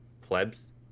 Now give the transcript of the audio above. plebs